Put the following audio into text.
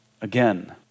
again